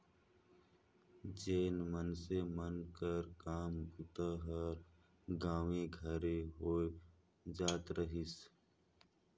जेन मइनसे मन कर काम बूता हर गाँवे घरे होए जात रहिस